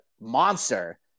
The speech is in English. monster